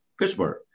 Pittsburgh